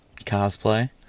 cosplay